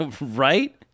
right